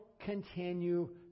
continue